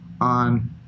on